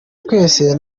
twese